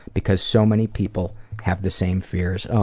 because so many people have the same fears.